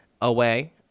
away